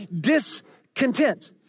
discontent